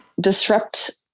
disrupt